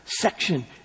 section